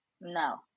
No